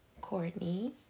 Courtney